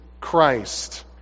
Christ